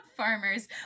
Farmers